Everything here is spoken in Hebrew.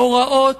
הוראות